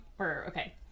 Okay